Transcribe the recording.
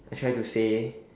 I try to say